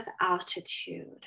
altitude